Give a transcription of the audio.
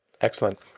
Excellent